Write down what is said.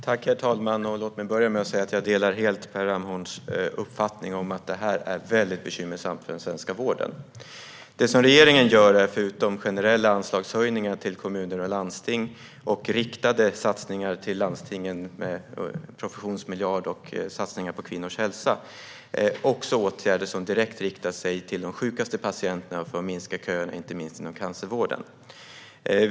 Herr talman! Låt mig börja med att säga att jag helt delar Per Ramhorns uppfattning att detta är väldigt bekymmersamt för den svenska vården. Det som regeringen gör är, förutom generella anslagshöjningar till kommuner och landsting och riktade satsningar till landstingen i form av professionsmiljarden och satsningar på kvinnors hälsa, också åtgärder som direkt riktar sig till de sjukaste patienterna för att minska köerna inte minst inom cancervården.